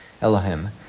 Elohim